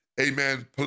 amen